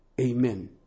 Amen